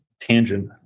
tangent